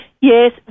Yes